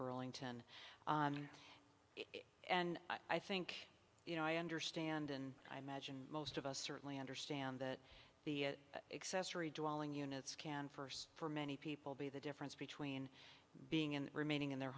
burlington and i think you know i understand and i imagine most of us certainly understand that the accessory drawling units can first for many people be the difference between being in remaining in their